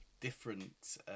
different